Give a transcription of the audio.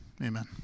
amen